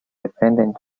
defendant